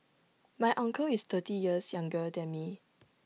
my uncle is thirty years younger than me